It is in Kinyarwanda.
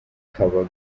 kaba